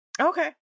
Okay